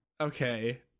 Okay